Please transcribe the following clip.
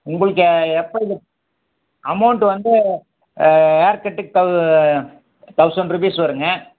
உங்களுக்கு எப்போ அமௌண்ட் வந்து ஹேர் கட்டுக்கு தௌ தௌசண்ட் ருபீஸ் வருங்க